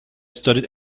studied